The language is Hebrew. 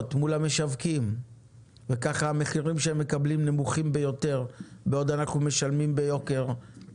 והמשווקים וכך המחיר שהם מקבלים הוא נמוך ביותר וגם הצרכן משלם ביוקר.